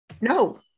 No